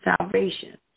salvation